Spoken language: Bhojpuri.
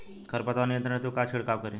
खर पतवार नियंत्रण हेतु का छिड़काव करी?